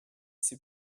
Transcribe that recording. c’est